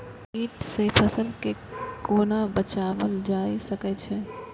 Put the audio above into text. कीट से फसल के कोना बचावल जाय सकैछ?